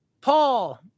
Paul